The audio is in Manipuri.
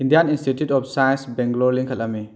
Indian Institute of Science Bangalore ꯂꯤꯡꯈꯠꯂꯝꯃꯤ